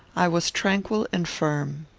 i was tranquil and firm.